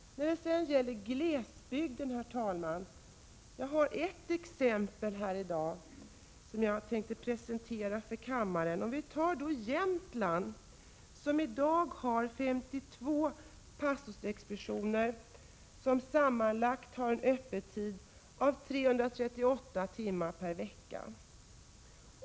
När det gäller glesbygden har jag ett exempel som jag tänkte presentera för kammaren. Jämtland har i dag 52 pastorsexpeditioner med en sammanlagd öppettid av 338 timmar per vecka.